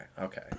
okay